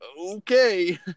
okay